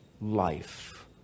life